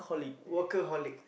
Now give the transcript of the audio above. workaholic